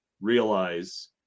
realize